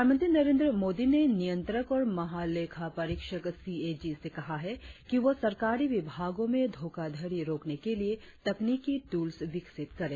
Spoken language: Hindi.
प्रधानमंत्री नरेंद्र मोदी ने नियंत्रक और महालेखा परीक्षक सीएजी से कहा है कि वह सरकारी विभागों में धोखाधड़ी रोकने के लिए तकनीकि ट्रल्स विकसित करें